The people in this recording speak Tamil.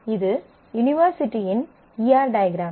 இது யூனிவர்சிட்டியின் ஈ ஆர் டயக்ராம்